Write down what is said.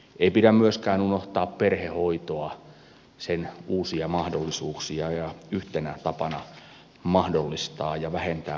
ei pidä myöskään unohtaa perhehoitoa sen uusia mahdollisuuksia yhtenä tapana mahdollistaa ja vähentää painetta laitoshoitoon